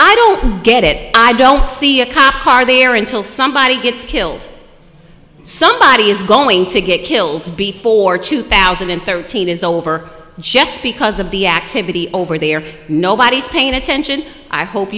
i don't get it i don't see a cop car there until somebody gets killed somebody is going to get killed before two thousand and thirteen is over just because of the activity over there nobody's paying attention i hope